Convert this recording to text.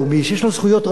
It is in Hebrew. שיש לו זכויות רבות,